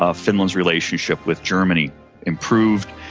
ah finland's relationship with germany improved.